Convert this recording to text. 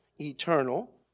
eternal